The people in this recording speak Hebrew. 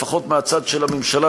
לפחות מהצד של הממשלה,